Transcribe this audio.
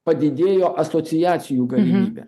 padidėjo asociacijų galimybė